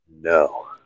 No